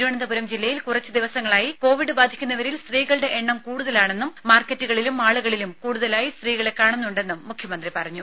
തിരുവനന്തപുരം ജില്ലയിൽ കുറച്ചു ദിവസങ്ങളായി കോവിഡ് ബാധിക്കുന്നവരിൽ സ്ത്രീകളുടെ എണ്ണം കൂടുതലാണെന്നും മാർക്കറ്റുകളിലും മാളുകളിലും കൂടുതലായി സ്ത്രീകളെ കാണുന്നുണ്ടെന്നും മുഖ്യമന്ത്രി പറഞ്ഞു